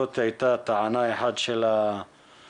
זאת הייתה טענה אחת של האנשים.